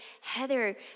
Heather